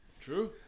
True